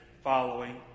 following